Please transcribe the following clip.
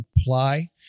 apply